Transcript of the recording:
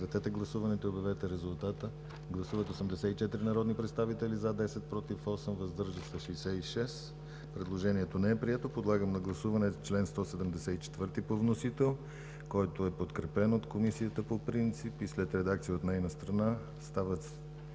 Моля, гласувайте. Гласували 84 народни представители: за 10, против 8, въздържали се 66. Предложението не е прието. Подлагам на гласуване чл. 174 по вносител, който е подкрепен от Комисията по принцип и след редакция от нейна страна става чл.